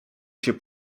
się